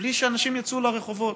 בלי שאנשים יצאו לרחובות.